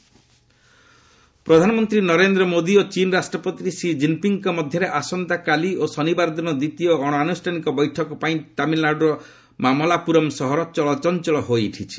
ଟିଏମ Xi Jinping ପ୍ରଧାନମନ୍ତ୍ରୀ ନରେନ୍ଦ୍ର ମୋଦି ଓ ଚୀନ ରାଷ୍ଟ୍ରପତି ସି ଜିନପିଙ୍ଗ୍ କ ମଧ୍ୟରେ ଆସନ୍ତାକାଲି ଓ ଶନିବାର ଦିନ ଦ୍ୱିତୀୟ ଅଣଆନୁଷ୍ଠାନିକ ବୈଠକ ପାଇଁ ତାମିଲନାଡୁର ମାମଲାପୁରମ୍ ସହର ଚଳଚଞ୍ଚଳ ହୋଇଉଠିଛି